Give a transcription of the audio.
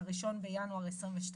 (1 בינואר 2022)